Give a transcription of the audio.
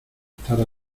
estar